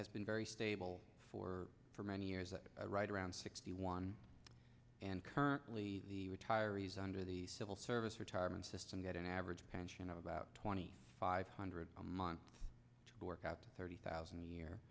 has been very stable for for many years right around sixty one and currently retirees under the civil service retirement system get an average pension of about twenty five hundred a month work out to thirty thousand a year